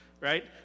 right